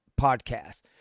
podcast